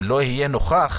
לא יהיה נוכח,